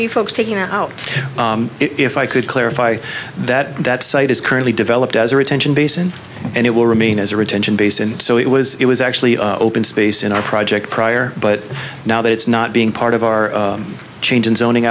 you folks taking out if i could clarify that that site is currently developed as a retention basin and it will remain as a retention basin so it was it was actually open space in our project prior but now that it's not being part of our change and zoning